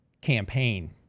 campaign